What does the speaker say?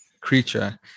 creature